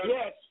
Yes